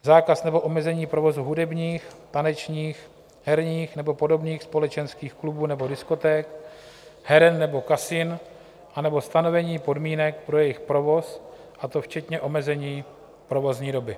Zákaz nebo omezení provozu hudebních, tanečních, herních nebo podobných společenských klubů nebo diskoték, heren nebo kasin anebo stanovení podmínek pro jejich provoz, a to včetně omezení provozní doby.